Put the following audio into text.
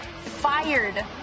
fired